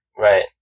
Right